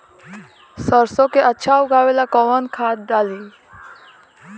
सरसो के अच्छा उगावेला कवन खाद्य डाली?